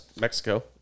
Mexico